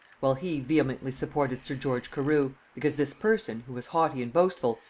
while he vehemently supported sir george carew, because this person, who was haughty and boastful,